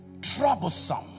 troublesome